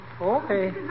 Okay